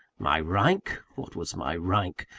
my rank! what was my rank?